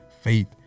faith